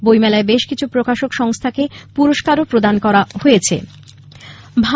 বইমেলায় বেশ কিছু প্রকাশনা সংস্থাকে পুরস্কার প্রদানও করা হয়